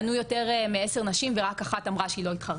ענו יותר מעשר נשים, ורק אחת אמרה שהיא לא התחרטה.